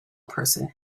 person